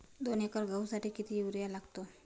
दोन एकर गहूसाठी किती युरिया लागतो?